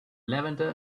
levanter